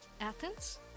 Athens